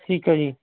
ਠੀਕ ਹੈ ਜੀ